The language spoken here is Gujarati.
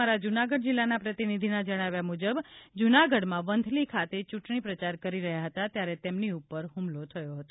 અમારા જૂનાગઢ જિલ્લાના પ્રતિનિધિના જણાવ્યા મુજબ જૂનાગઢમાં વંથલી ખાતે ચૂંટણી પ્રચાર કરી રહ્યા હતા ત્યારે તેમની ઉપર હુમલો થયો હતો